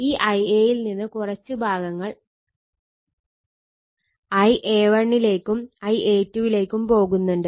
ഈ Ia യിൽ നിന്ന് കുറച്ച് ഭാഗങ്ങൾ Ia1 ലേക്കും Ia2 ലേക്കും പോകുന്നുണ്ട്